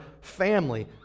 family